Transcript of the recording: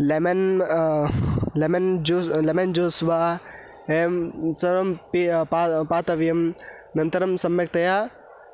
lemon lemon juice lemon juice वा एवं सर्वं पीय पा पातव्यं नन्तरं सम्यक्तया